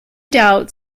doubt